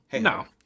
No